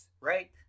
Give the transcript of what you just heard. right